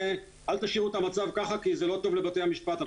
אל תשאירו את המצב כך כי זה לא טוב לבתי המשפט,